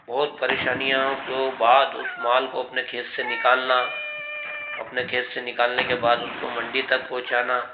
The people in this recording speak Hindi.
बहुत परेशानियों को बाद उस माल को अपने खेत से निकलना अपने खेत से निकालने के बाद उसको मंडी तक पहुँचाना